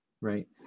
right